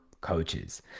coaches